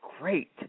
great